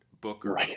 Booker